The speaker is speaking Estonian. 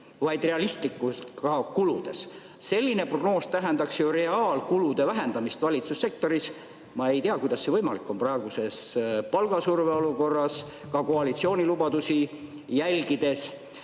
vaid realistlikult ka kuludes. Selline prognoos tähendaks ju reaalkulude vähendamist valitsussektoris. Ma ei tea, kuidas see võimalik on praeguses palgasurve olukorras ja ka koalitsiooni lubadusi arvestades.